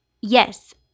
Yes